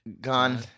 Gone